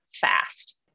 fast